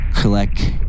collect